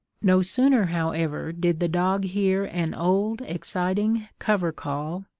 no sooner, however, did the dog hear an old exciting cover-call,